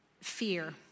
fear